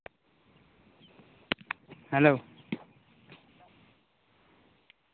hello